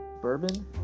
bourbon